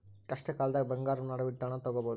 ಕಷ್ಟಕಾಲ್ದಗ ಬಂಗಾರವನ್ನ ಅಡವಿಟ್ಟು ಹಣ ತೊಗೋಬಹುದು